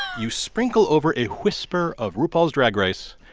you sprinkle over a whisper of rupaul's drag race,